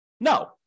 No